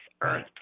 earth